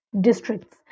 districts